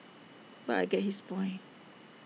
but I get his point